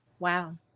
Wow